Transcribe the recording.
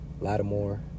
Lattimore